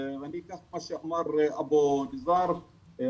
ואני אקח את מה אמר מודר יונס,